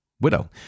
widow